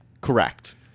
Correct